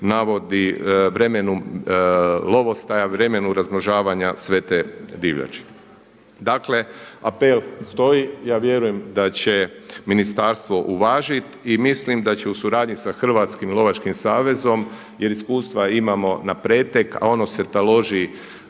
navodi, vremenu lovostaja, vremenu razmnožavanja sve te divljači. Dakle apel stoji, ja vjerujem da će ministarstvo uvažiti i mislim da će u suradnji sa Hrvatskim lovačkim savezom jer iskustva imamo na pretek a ono se taloži